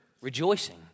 rejoicing